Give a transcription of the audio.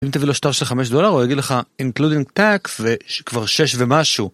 אם תביא לו 5 דולר הוא יגיד לך including tax וכבר 6 ומשהו.